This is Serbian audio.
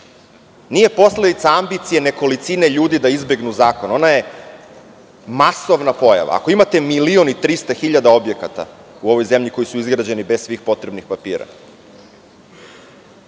nije posledica ambicije nekolicine ljudi da izbegnu zakon, ona je masovna pojava. Ako imate milion i 300 hiljada objekata u ovoj zemlji koji su izgrađeni bez svih potrebnih papira,